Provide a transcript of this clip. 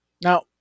Now